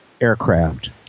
aircraft